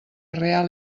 real